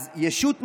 אז ישות מפלה,